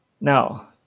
now